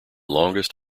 longest